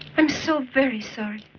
i'm so very sorry.